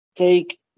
Take